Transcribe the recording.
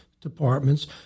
departments